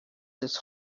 his